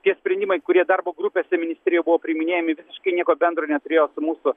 tie sprendimai kurie darbo grupėse ministrė buvo priiminėjami visiškai nieko bendro neturėjo su mūsų